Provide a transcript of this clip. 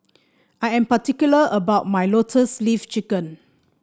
I am particular about my Lotus Leaf Chicken